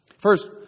First